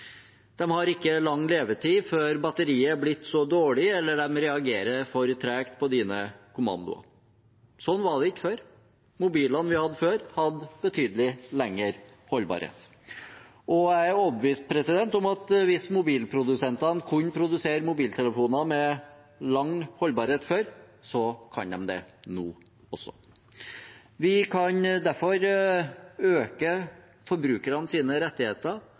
har ikke lang levetid før batteriet er blitt for dårlig eller de reagerer for tregt på kommandoer. Sånn var det ikke før. Mobilene vi hadde før, hadde betydelig lengre holdbarhet. Jeg er overbevist om at hvis mobilprodusentene kunne produsere mobiltelefoner med lang holdbarhet før, kan de det nå også. Vi kan derfor øke forbrukernes rettigheter